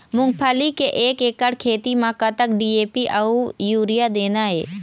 मूंगफली के एक एकड़ खेती म कतक डी.ए.पी अउ यूरिया देना ये?